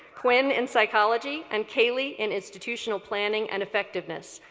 quinn in psychology and caleigh in institutional planning and effectiveness.